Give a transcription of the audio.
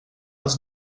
els